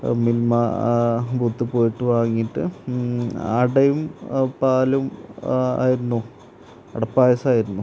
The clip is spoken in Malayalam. മിൽമ ബൂത്തില് പോയിട്ട് വാങ്ങിയിട്ട് അടയും പാലും ആയിരുന്നു അടപ്പായസമായിരുന്നു